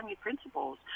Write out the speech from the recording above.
principles